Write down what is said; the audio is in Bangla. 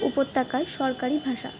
উপত্যকায় সরকারি ভাষা